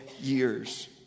years